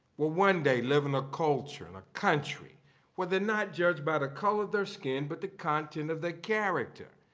will one day live in a culture and a country where they're not judged by the color of their skin but the content of their character.